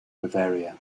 bavaria